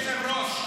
אדוני היושב-ראש,